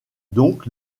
donc